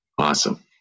Awesome